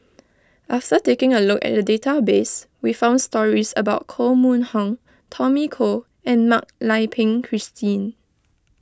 after taking a look at the database we found stories about Koh Mun Hong Tommy Koh and Mak Lai Peng Christine